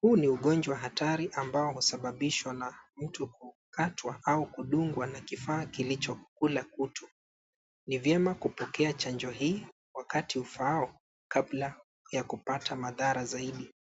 Huu ni ugonjwa hatari ambao husababisha na mtu kukatwa au kudungwa na kifaa kilichokula kutu. Ni vyema kupokea chanjo hii wakati ufaao kabla ya kupata madhara zaidi.